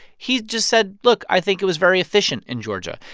he just said, look. i think it was very efficient in georgia.